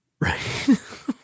Right